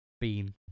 Bean